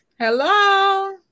Hello